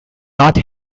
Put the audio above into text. not